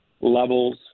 levels